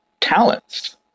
talents